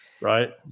Right